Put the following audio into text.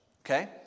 Okay